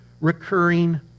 recurring